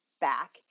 back